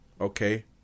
okay